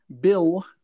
bill